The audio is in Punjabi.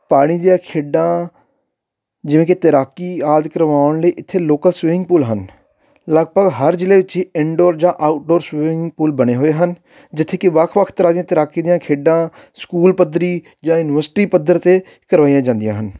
ਪਾਣੀ ਦੀਆਂ ਖੇਡਾਂ ਜਿਵੇਂ ਕਿ ਤੈਰਾਕੀ ਆਦਿ ਕਰਵਾਉਣ ਲਈ ਇੱਥੇ ਲੋਕਲ ਸਵੀਮਿੰਗ ਪੂਲ ਹਨ ਲਗਭਗ ਹਰ ਜਿਲ੍ਹੇ ਵਿੱਚ ਹੀ ਇਨਡੋਰ ਜਾਂ ਆਊਟਡੋਰ ਸਵੀਮਿੰਗ ਪੂਲ ਬਣੇ ਹੋਏ ਹਨ ਜਿੱਥੇ ਕਿ ਵੱਖ ਵੱਖ ਤਰ੍ਹਾਂ ਦੀਆਂ ਤੈਰਾਕੀ ਦੀਆਂ ਖੇਡਾਂ ਸਕੂਲ ਪੱਧਰੀ ਜਾਂ ਇਨਵੈਸਟੀ ਪੱਧਰ 'ਤੇ ਕਰਵਾਈਆਂ ਜਾਂਦੀਆਂ ਹਨ